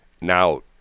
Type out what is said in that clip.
now